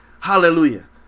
hallelujah